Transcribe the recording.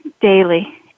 daily